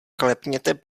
klepněte